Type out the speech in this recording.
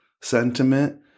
sentiment